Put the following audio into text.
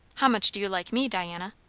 how much do you like me, diana?